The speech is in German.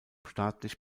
staatlich